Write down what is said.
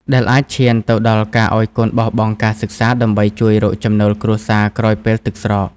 ដែលអាចឈានទៅដល់ការឱ្យកូនបោះបង់ការសិក្សាដើម្បីជួយរកចំណូលគ្រួសារក្រោយពេលទឹកស្រក។